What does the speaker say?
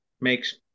makes